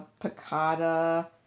piccata